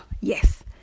yes